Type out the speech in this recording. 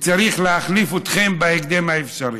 וצריך להחליף אתכם בהקדם האפשרי.